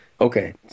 Okay